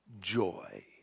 joy